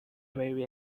very